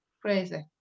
crazy